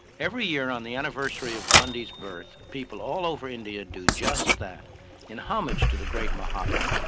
every year on the anniversary of gandhi's birth, people all over india do just that in homage to the great mahatma,